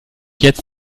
jetzt